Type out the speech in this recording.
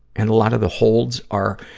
and a lot of the holds are,